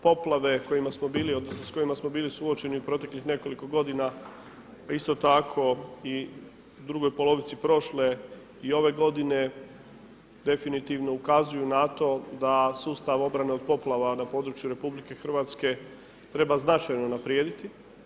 Poplave kojima smo bili, odnosno s kojima smo bili suočeni u proteklih nekoliko godina, isto tako i drugoj polovici prošle i ove godine, definitivno ukazuju na to da sustav obrane od poplava na području RH treba značajno unaprijediti.